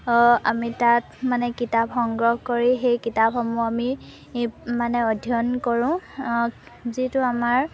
আমি তাত মানে কিতাপ সংগ্ৰহ কৰি সেই কিতাপসমূহ আমি মানে অধ্যয়ন কৰোঁ যিটো আমাৰ